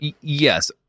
Yes